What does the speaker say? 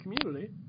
community